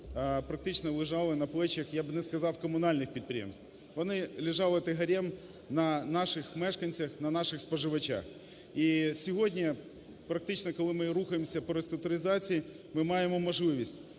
практично лежали на плечах, я би не сказав комунальних підприємств, вони лежали тягарем на наших мешканцях, на наших споживачах. І сьогодні практично, коли ми рухаємося по реструктуризації, ми маємо можливість